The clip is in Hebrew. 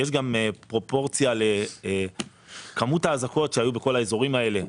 יש גם פרופורציה לכמות האזעקות שהיו בכל האזורים האלה.